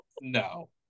No